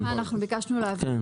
להצביע.